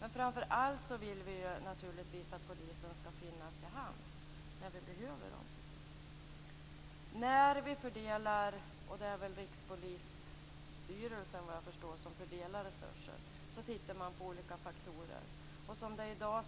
Men framför allt vill vi naturligtvis att polisen skall finnas till hands när vi behöver den. När Rikspolisstyrelsen fördelar resurser tittar man på olika faktorer. Som det är i dag